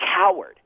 coward